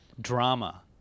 drama